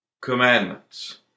commandments